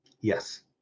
Yes